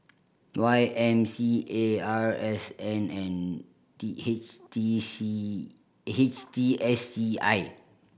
Y M C A R S N and T H T C H T S C I